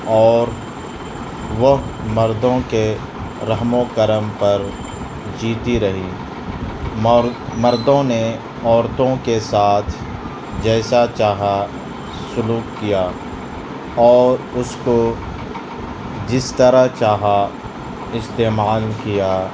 اور وہ مردوں کے رحم و کرم پر جیتی رہی مردوں نے عورتوں کے ساتھ جیسا چاہا سلوک کیا اور اس کو جس طرح چاہا استعمال کیا